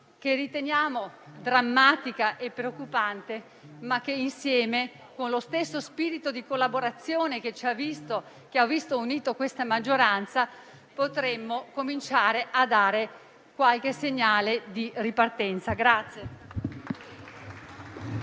veramente drammatica e preoccupante, e insieme, con lo stesso spirito di collaborazione che ha visto unita questa maggioranza, potremo cominciare a dare qualche segnale di ripartenza.